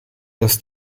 dass